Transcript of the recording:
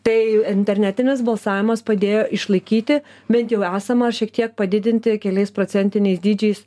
tai internetinis balsavimas padėjo išlaikyti bent jau esamą šiek tiek padidinti keliais procentiniais dydžiais